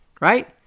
Right